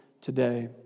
today